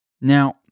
Now